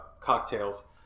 cocktails